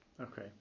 Okay